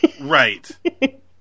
Right